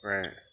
Right